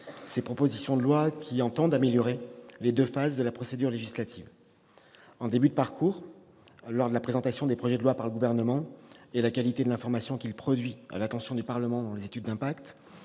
Ces propositions de loi tendent à améliorer deux phases de la procédure législative : en début de parcours, la présentation des projets de loi par le Gouvernement et la qualité de l'information qu'il produit à l'attention du Parlement au travers des études d'impact